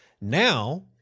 Now